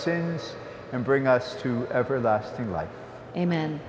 sins and bring us to everlasting life amen